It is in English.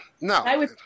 No